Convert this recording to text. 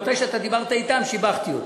כשאתה דיברת אתם, שיבחתי אותו.